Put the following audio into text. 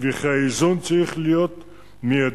וכי האיזון צריך להיות מיידי,